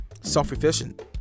Self-efficient